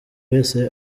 wese